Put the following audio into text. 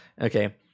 okay